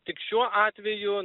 tik šiuo atveju